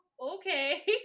okay